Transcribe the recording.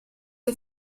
che